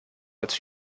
als